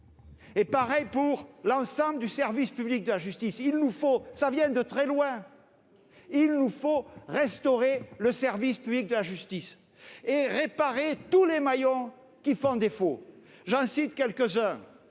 pareil pour l'ensemble du service public de la justice. Le problème vient de très loin. Il nous faut restaurer ce service public et réparer tous les maillons qui font défaut. J'en citerai quelques-uns.